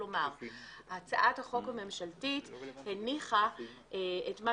כלומר הצעת החוק הממשלתית הניחה את מה